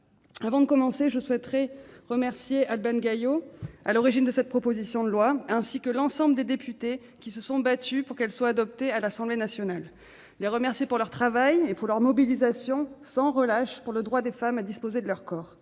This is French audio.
avant de commencer, je souhaiterais remercier Albane Gaillot, à l'origine de cette proposition de loi, ainsi que l'ensemble des députés qui se sont battus pour qu'elle soit adoptée à l'Assemblée nationale. Je souhaite les remercier pour leur travail et pour leur mobilisation sans relâche pour le droit des femmes à disposer de leur corps-